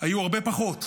היו הרבה פחות.